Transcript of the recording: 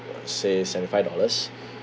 say seventy five dollars